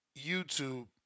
YouTube